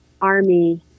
army